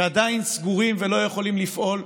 שעדיין סגורים ולא יכולים לפעול?